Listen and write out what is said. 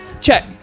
Check